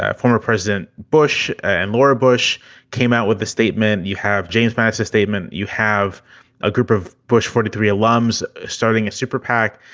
ah former president bush and laura bush came out with the statement. you have james massive statement. you have a group of bush forty three alarms starting a superpac.